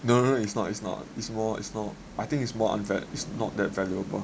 no no it's not it's not it's more it's not I think is more on that is not that valuable